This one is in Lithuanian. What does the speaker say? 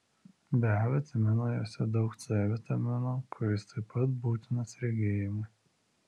be a vitamino juose daug c vitamino kuris taip pat būtinas regėjimui